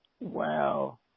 Wow